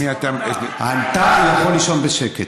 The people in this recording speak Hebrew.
אתה יכול לישון בשקט.